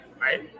right